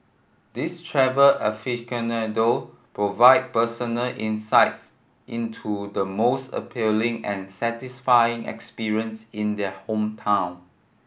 these travel aficionado provide personal insight into the most appealing and satisfying experience in their hometown